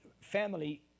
family